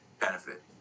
benefit